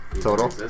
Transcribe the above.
Total